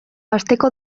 asteko